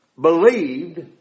believed